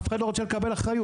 אף אחד לא רוצה לקבל אחריות.